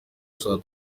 saa